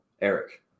Eric